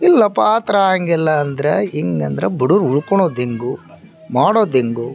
ಇಲ್ಲಪ್ಪ ಆ ಥರ ಆಗೋಂಗಿಲ್ಲ ಅಂದರೆ ಹಿಂಗಂದ್ರೆ ಬಡೂರು ಉಳ್ಕೊಳೋದೆಂಗೋ ಮಾಡೋದೆಂಗೋ